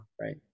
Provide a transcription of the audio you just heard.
Right